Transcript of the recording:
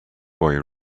boy